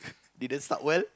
didn't start well